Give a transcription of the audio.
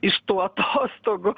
iš tų atostogų